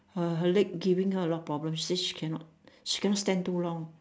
her her leg giving her a lot of problem she say she cannot she cannot stand too long